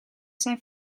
zijn